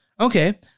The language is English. Okay